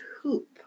hoop